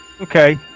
Okay